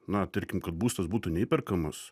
na tarkim kad būstas būtų neįperkamas